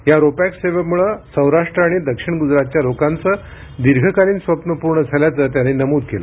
या रोपॅक्स सेवेमुळं सौराष्ट्र आणि दक्षिण गुजरातच्या लोकांचं दीर्घकालीन स्वप्नं पूर्ण झाल्याचं त्यांनी नमूद केलं